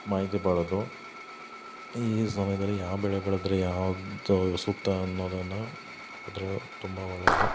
ಮಾಹಿತಿ ಪಡೆದು ಈ ಸಮಯದಲ್ಲಿ ಯಾವ ಬೆಳೆ ಬೆಳಿದರೆ ಯಾವುದು ಸೂಕ್ತ ಅನ್ನೋದನ್ನ ಪಡೆದ್ರೆ ತುಂಬ ಒಳ್ಳೆಯದು